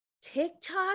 TikTok